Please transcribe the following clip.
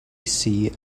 see